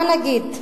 מה נגיד?